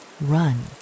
run